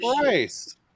Christ